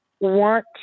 want